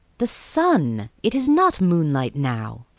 the sun it is not moonlight now.